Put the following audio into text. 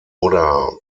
oder